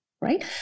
right